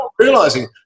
realizing